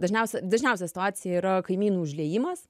dažniausia dažniausia situacija yra kaimynų užliejimas